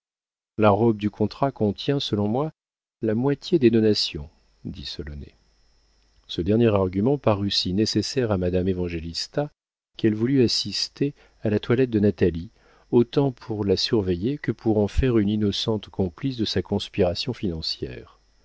la robe du contrat contient selon moi la moitié des donations dit solonet ce dernier argument parut si nécessaire à madame évangélista qu'elle voulut assister à la toilette de natalie autant pour la surveiller que pour en faire une innocente complice de sa conspiration financière